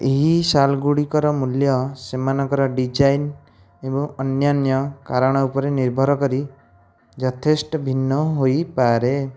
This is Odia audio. ଏହି ଶାଲ୍ଗୁଡ଼ିକର ମୂଲ୍ୟ ସେମାନଙ୍କର ଡ଼ିଜାଇନ୍ ଏବଂ ଅନ୍ୟାନ୍ୟ କାରଣ ଉପରେ ନିର୍ଭର କରି ଯଥେଷ୍ଟ ଭିନ୍ନ ହୋଇପାରେ